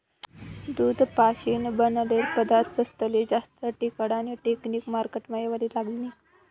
दूध पाशीन बनाडेल पदारथस्ले जास्त टिकाडानी टेकनिक मार्केटमा येवाले लागनी